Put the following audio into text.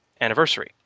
anniversary